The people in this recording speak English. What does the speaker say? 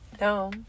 No